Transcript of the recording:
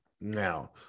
now